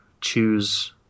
choose